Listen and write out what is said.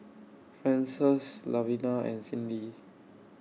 Frances Lavina and Cyndi